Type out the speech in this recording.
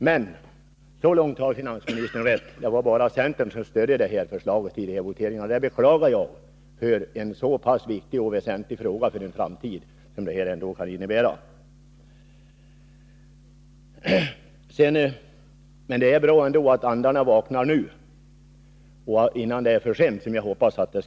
Men så långt har finansministern rätt som att det var bara centern som stödde reservationsförslaget i voteringen. Det beklagar jag när det gäller en för den framtida organisationen så väsentlig fråga. Men det är ändå bra att andarna vaknar nu — jag hoppas att det inte skall vara för sent.